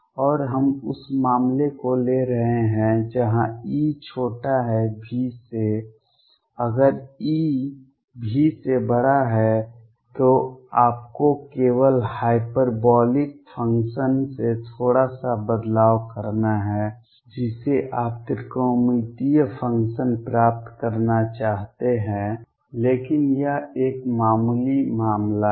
और हम उस मामले को ले रहे हैं जहां E V अगर E V से बड़ा है तो आपको केवल हाइपरबॉलिक फ़ंक्शन से थोड़ा सा बदलाव करना है जिसे आप त्रिकोणमितीय फ़ंक्शन प्राप्त करना चाहते हैं लेकिन यह एक मामूली मामला है